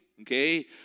Okay